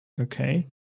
Okay